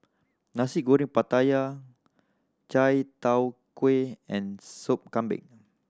Nasi Goreng Pattaya Chai Tow Kuay and Sop Kambing